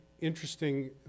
interesting